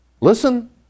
listen